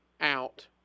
out